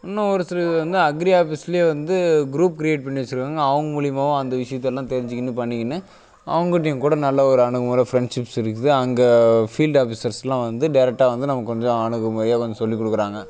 இன்னும் ஒரு சிலது வந்து அக்ரி ஆஃபீஸ்லியே வந்து குரூப் கிரியேட் பண்ணி வச்சிருக்காங்க அவங்க மூலியமாகவும் அந்த விஷயத்தெல்லாம் தெரிஞ்சுக்கினு பண்ணிக்கினு அவங்ககிட்டையும் கூட நல்ல ஒரு அணுகுமுறை ஃப்ரெண்ட்ஷிப்ஸ் இருக்குது அங்கே ஃபீல்டு ஆஃபீஸர்ஸ்லாம் வந்து டேரெக்டாக வந்து நமக்கு கொஞ்சம் அணுகுமுறையா கொஞ்சம் சொல்லிக் குடுக்குறாங்க